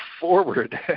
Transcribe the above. forward